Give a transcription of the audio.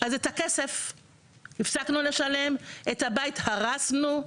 אז את הכסף הפסקנו לשלם, את הבית הרסנו,